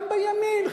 גם בימין,